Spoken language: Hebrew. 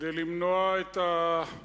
כדי למנוע את המצב